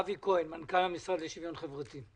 אבי כהן, מנכ"ל המשרד לשוויון חברתי.